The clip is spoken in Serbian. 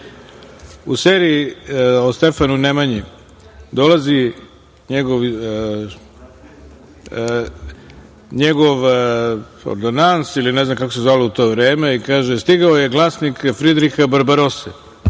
seriji o Stefanu Nemanji, dolazi njegov ordonans ili ne znam kako se zvalo u to vreme i kaže – stigao je glasnik Fridriha Barbarose,